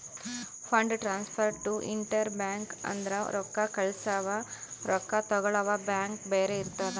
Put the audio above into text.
fund transfer to inter bank ಅಂದುರ್ ರೊಕ್ಕಾ ಕಳ್ಸವಾ ರೊಕ್ಕಾ ತಗೊಳವ್ ಬ್ಯಾಂಕ್ ಬ್ಯಾರೆ ಇರ್ತುದ್